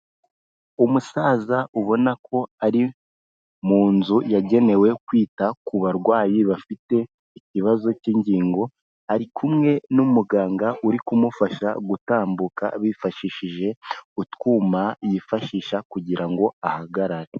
Umusaza ubona ko ari mu nzu yagenewe kwita ku barwayi bafite ikibazo cy'ingingo, ari kumwe n'umuganga uri kumufasha gutambuka bifashishije utwuma yifashisha kugira ngo ahagarare.